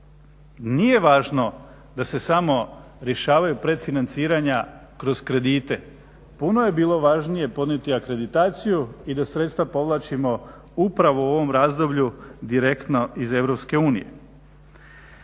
Nije važno da se samo rješavaju predfinanciranja kroz kredite, puno je bilo važnije podnijeti akreditaciju i da sredstva povlačimo upravo u ovom razdoblju direktno iz EU.